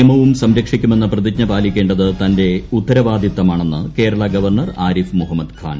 ഭരണഘടനയും നിയമവും സംരക്ഷിക്കുമെന്ന പ്രതിജ്ഞ പാലിക്കേണ്ടത് തന്റെ ഉത്തരവാദിത്തമാണെന്ന് കേരള ഗവർണർ ആരിഫ് മുഹമ്മദ് ഖാൻ